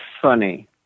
funny